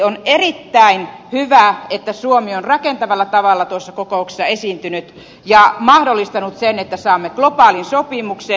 on erittäin hyvä että suomi on rakentavalla tavalla tuossa kokouksessa esiintynyt ja mahdollistanut sen että saamme globaalin sopimuksen